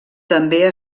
també